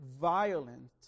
violent